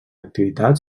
activitat